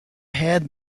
had